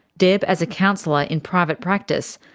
deb as a counsellor in private practice,